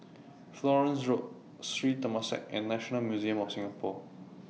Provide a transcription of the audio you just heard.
Florence Road Sri Temasek and National Museum of Singapore